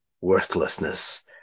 worthlessness